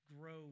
grow